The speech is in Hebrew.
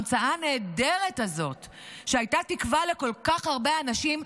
ההמצאה נהדרת הזאת שהייתה תקווה לכל כך הרבה אנשים,